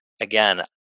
again